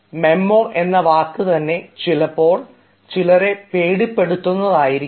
memo എന്ന വാക്ക് തന്നെ ചിലപ്പോൾ ചിലരെ പേടിപ്പെടുത്തുന്ന ആയിരിക്കാം